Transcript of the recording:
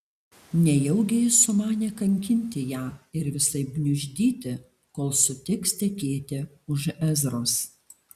nejaugi jis sumanė kankinti ją ir visaip gniuždyti kol sutiks tekėti už ezros